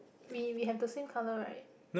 we we have the same colour right